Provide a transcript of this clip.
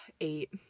Eight